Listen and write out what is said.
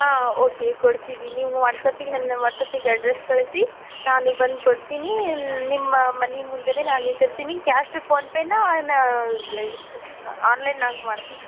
ಹಾಂ ಓಕೆ ಕೊಡ್ತೀವಿ ನೀವು ವಾಟ್ಸ್ಆ್ಯಪಿಗೆ ನನ್ನ ವಾಟ್ಸ್ಆ್ಯಪಿಗೆ ಅಡ್ರೆಸ್ ಕಳಿಸಿ ನಾನು ಬಂದುಕೊಡ್ತೀನಿ ನಿಮ್ಮ ಮನೆ ಮುಂದೇಯೆ ನಾನು ನಿಂತಿರ್ತೀನಿ ಕ್ಯಾಶ್ ಫೋನ್ ಪೇನಾ ಆನ್ಲೈನಾಗ ಮಾಡ್ತೀರ